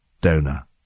donor